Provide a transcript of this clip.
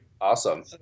Awesome